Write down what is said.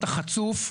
אתה חצוף,